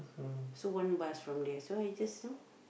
so one bus from there so I just know